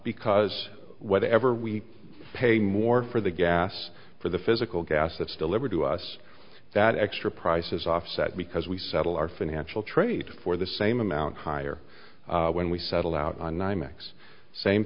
because whatever we pay more for the gas for the physical gas that's delivered to us that extra price is offset because we settle our financial trade for the same amount higher when we settle out on nine x same